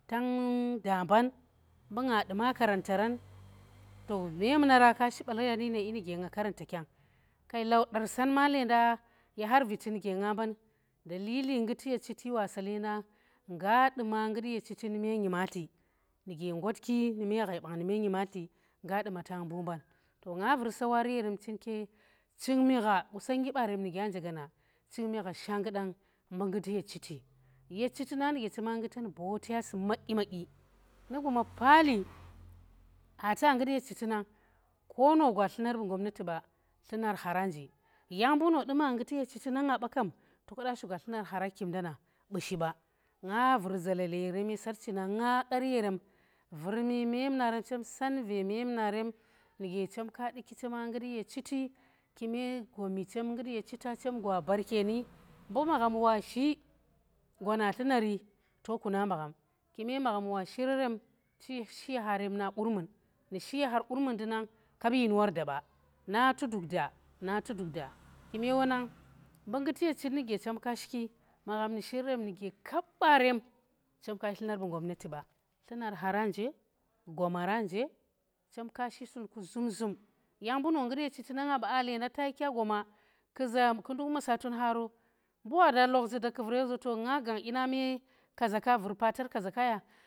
Tang daa mban, mbu nga duma karantaran memunara ka shi balar ya nine dyi nuge na karanta kyang kai laudar san ma leendang ye har vitinu ge nga mban dalili nguti ye chiti wa sa leedang ngga duma ngut ye chiti nu me nyimatli nu ge ngwatki nume ghai bang nu me nyimatli ngga duma tang mbu mban. to nga vur sawari yerem chin ke, cing mi gha qusonnggi barem nu gya nje gaana, chiti ye chiti nang nu ge chema ngutan botya si madyi madyi nu guma paali aa ta ngut ye chiti nang ko no gwa tlumar bu gwamnati ba tlumar hara nje mbu no duma ngut ye chiti na nga ba kam to ke da shoga tlumar hara kikim nda na nga vur zalale yerem ye sarchi nang nga qar yerem vurmi memunarem chemsan ve me memunarem nuge chem ka duki chamangut ye chiti kume gwami chem ngut ye chita chem gwa baarke ni, mbu magham waa shi ye harem na qurmun, nu shi ye har qurmun ndu na kap yin wor da ba natu duk da kume wonang, mbu nguti ye chiti nu ge chem ka shiki, magham nu shi rerem nu go kap baarem chem kashi tlumar bu gwamnati ba, tlumar khara nje, gomara nje, chem ka shi tun ku zum zum, yang mbu no ngut ye chiti nanga ba, aa lenda ta shika goma kuza ku nduk maasa tun haa ro mbu wadaa lohzi da ku vur yo za to nga gang dyi ne me kaza ka vur patar kaza ka ya.